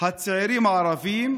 הצעירים הערבים,